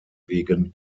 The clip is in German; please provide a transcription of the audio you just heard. wegen